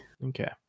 Okay